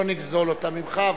לא נגזול אותן ממך,